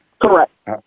Correct